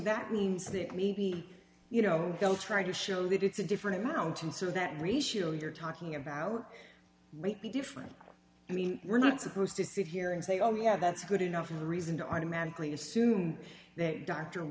that means that maybe you know they'll try to show that it's a different mountain so that ratio you're talking about be different i mean we're not supposed to sit here and say oh yeah that's a good enough reason are manically assume that d